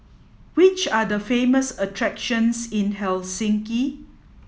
which are the famous attractions in Helsinki